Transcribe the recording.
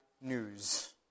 news